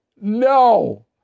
no